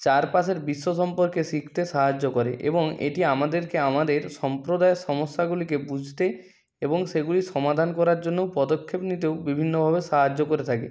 চারপাশের বিশ্ব সম্পর্কে শিখতে সাহায্য করে এবং এটি আমাদেরকে আমাদের সম্প্রদায়ের সমস্যাগুলিকে বুঝতে এবং সেগুলি সমাধান করার জন্যও পদক্ষেপ নিতেও বিভিন্নভাবে সাহায্য করে থাকে